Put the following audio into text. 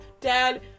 dad